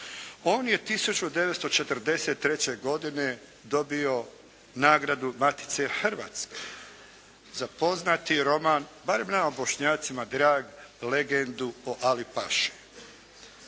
On je 1943. godine dobio nagradu Matice hrvatske za poznati roman barem nama Bošnjacima drag “Legendu o Ali- paši“.